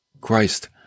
Christ